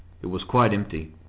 it was quite empty.